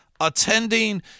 attending